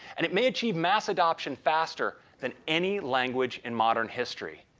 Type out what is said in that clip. and it may achieve mass adoption faster than any language in modern history.